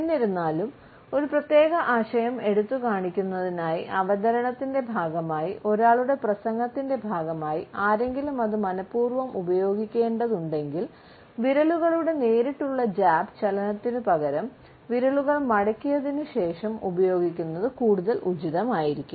എന്നിരുന്നാലും ഒരു പ്രത്യേക ആശയം എടുത്തുകാണിക്കുന്നതിനായി അവതരണത്തിന്റെ ഭാഗമായി ഒരാളുടെ പ്രസംഗത്തിന്റെ ഭാഗമായി ആരെങ്കിലും അത് മനപൂർവ്വം ഉപയോഗിക്കേണ്ടതുണ്ടെങ്കിൽ വിരലുകളുടെ നേരിട്ടുള്ള ജാബ് ചലനത്തിനു പകരം വിരലുകൾ മടക്കിയതിനു ശേഷം ഉപയോഗിക്കുന്നത് കൂടുതൽ ഉചിതമായിരിക്കും